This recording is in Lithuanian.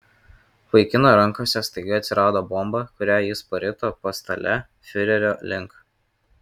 vaikino rankose staiga atsirado bomba kurią jis parito pastale fiurerio link